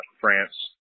France